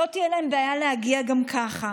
לא תהיה להן בעיה להגיע גם ככה.